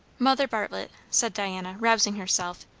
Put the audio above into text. mother bartlett, said diana, rousing herself,